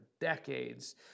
decades